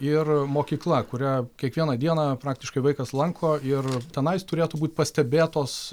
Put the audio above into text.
ir mokykla kurią kiekvieną dieną praktiškai vaikas lanko ir tenais turėtų būt pastebėtos